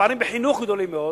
הפערים בחינוך גדולים מאוד,